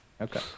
Okay